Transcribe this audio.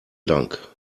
dank